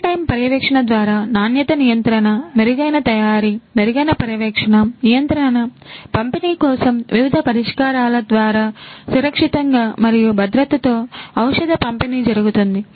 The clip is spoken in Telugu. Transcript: రియల్ టైమ్ పర్యవేక్షణ ద్వారా నాణ్యత నియంత్రణ మెరుగైన తయారీ మెరుగైన పర్యవేక్షణ నియంత్రణ పంపిణీ కోసం వివిధ పరిష్కారాల ద్వార సురక్షితంగా మరియు భద్రతతో ఔషధ పంపిణీ జరుగుతుంది